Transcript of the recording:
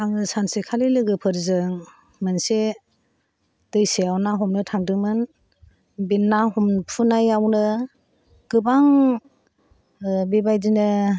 आङो सानसेखालि लोगोफोरजों मोनसे दैसायाव ना हमनो थांदोंमोन बे ना हमफुनायावनो गोबां बेबादिनो